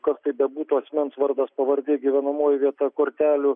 kas tai bebūtų asmens vardas pavardė gyvenamoji vieta kortelių